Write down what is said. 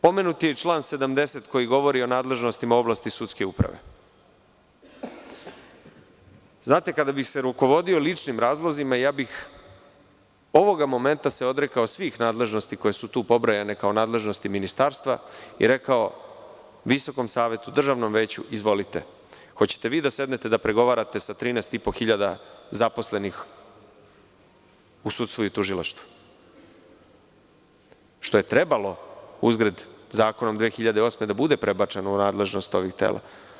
Pomenuti član 70. koji govori o nadležnosti oblasti sudske uprave, kada bi se rukovodio ličnim razlozima, ovog momenta bih se odrekao svih nadležnosti koje su tu pobrojane kao nadležnosti ministarstva i rekao Državnom veću, izvolite, hoćete vi da sednete da pregovarate sa 13.500 zaposlenih u sudstvu i tužilaštvu, što je trebalo uzgred zakonom iz 2008. godine da bude prebačeno u nadležnost ovih tela.